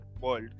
world